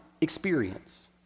experience